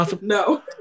No